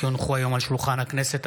כי הונחו היום על שולחן הכנסת,